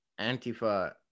Antifa